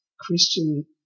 Christian